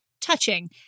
touching